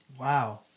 Wow